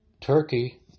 Turkey